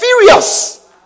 furious